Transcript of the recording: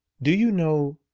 do you know,